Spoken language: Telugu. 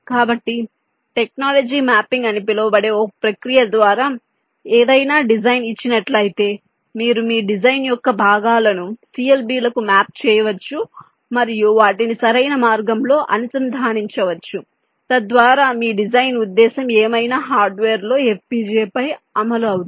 కాబట్టి టెక్నాలజీ మ్యాపింగ్ అని పిలువబడే ఒక ప్రక్రియ ద్వారా ఏదైనా డిజైన్ ఇచ్చినట్లయితే మీరు మీ డిజైన్ యొక్క భాగాలను CLB లకు మ్యాప్ చేయవచ్చు మరియు వాటిని సరైన మార్గంలో అనుసంధానించవచ్చు తద్వారా మీ డిజైన్ ఉద్దేశం ఏమైనా హార్డ్వేర్ లో FPGA పై అమలు అవుతుంది